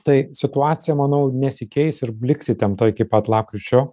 tai situacija manau nesikeis liks įtempta iki pat lapkričio